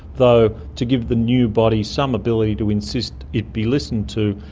though to give the new body some ability to insist it be listened to,